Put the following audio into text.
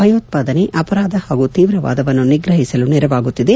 ಭಯೋತ್ವಾದನೆ ಅಪರಾಧ ಹಾಗೂ ತೀವ್ರವಾದವನ್ನು ನಿಗ್ರಹಿಸಲು ನೆರವಾಗುತ್ತಿದೆ